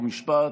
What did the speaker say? חוק ומשפט.